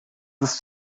ist